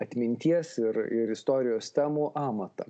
atminties ir ir istorijos temų amatą